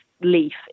LEAF